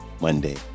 Monday